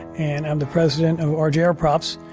and i'm the president of ah rjr props.